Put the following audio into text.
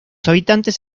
habitantes